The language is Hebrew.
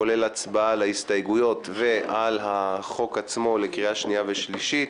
כולל הצבעה על ההסתייגויות ועל החוק עצמו לקריאה שנייה וקריאה שלישית.